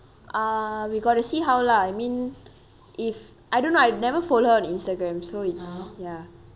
ah we got to see how lah I mean if I don't know I've never follow her on instagram so it's ya